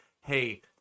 hey –